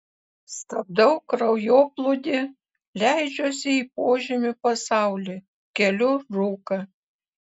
stabdau kraujoplūdį leidžiuosi į požemių pasaulį keliu rūką